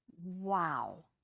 wow